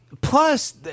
Plus